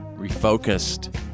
Refocused